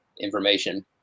information